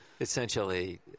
essentially